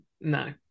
no